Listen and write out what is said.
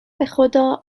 بخدا